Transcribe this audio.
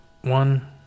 one